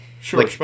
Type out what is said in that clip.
Sure